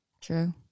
true